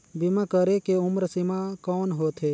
बीमा करे के उम्र सीमा कौन होथे?